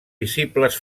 visibles